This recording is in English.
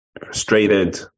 frustrated